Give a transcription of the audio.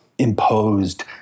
imposed